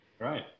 right